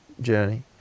journey